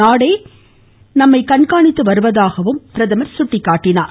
நாடே நம்மை கண்காணித்து வருவதாகவும் அவர் சுட்டிக்காட்டினார்